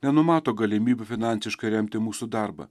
nenumato galimybių finansiškai remti mūsų darbą